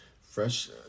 Fresh